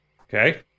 Okay